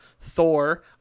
Thor